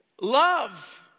Love